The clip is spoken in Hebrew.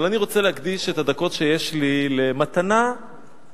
אבל אני רוצה להקדיש את הדקות שיש לי למתנה שניתנה,